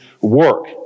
work